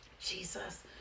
Jesus